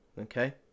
okay